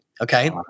okay